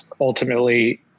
ultimately